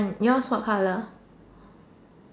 yours what colour